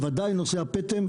בוודאי נושא הפטם,